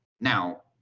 Now